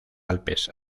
alpes